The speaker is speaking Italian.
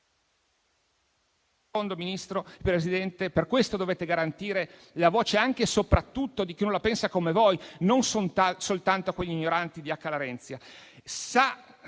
nicchia di elettori, per questo dovete garantire la voce anche e soprattutto di chi non la pensa come voi, non soltanto a quegli ignoranti di Acca Larenzia.